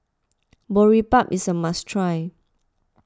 Boribap is a must try